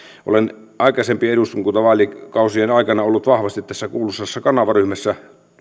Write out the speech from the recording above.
olen aikaisempien eduskuntavaalikausien aikana ollut vahvasti tässä kuuluisassa kanavaryhmässä